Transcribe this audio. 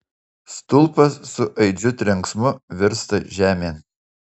stulpas su aidžiu trenksmu virsta žemėn